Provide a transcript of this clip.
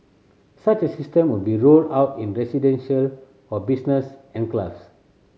such a system would be rolled out in residential or business enclaves